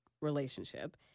relationship